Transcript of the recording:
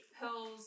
pills